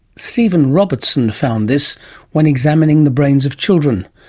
stephen robertson found this when examining the brains of children.